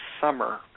summer